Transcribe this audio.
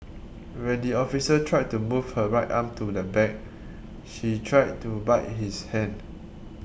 when the officer tried to move her right arm to the back she tried to bite his hand